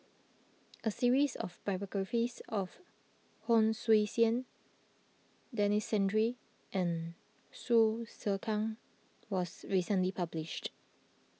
a series of biographies of Hon Sui Sen Denis Santry and Hsu Tse Kwang was recently published